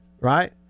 right